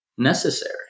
Necessary